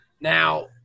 Now